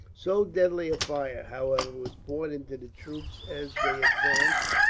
so deadly a fire, however, was poured into the troops as they advanced,